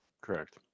correct